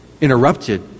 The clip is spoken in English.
interrupted